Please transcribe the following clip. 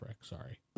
Sorry